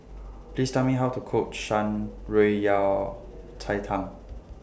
Please Tell Me How to Cook Shan Rui Yao Cai Tang